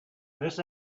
this